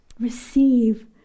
receive